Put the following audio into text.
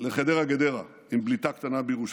לחדרה גדרה עם בליטה קטנה בירושלים.